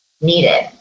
needed